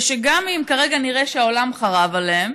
ושגם אם כרגע נראה שהעולם חרב עליהם,